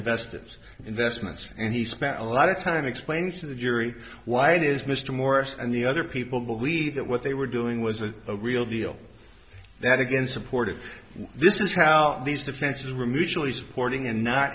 investors investments and he spent a lot of time explaining to the jury why it is mr morris and the other people believe that what they were doing was a real deal that again supported this is how these defenses were mutually supporting and not